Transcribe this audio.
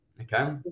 Okay